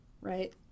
right